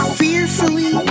fearfully